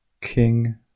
King